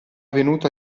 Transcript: venuto